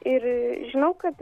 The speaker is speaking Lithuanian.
ir žinau kad